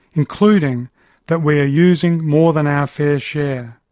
including that we are using more than our fair share.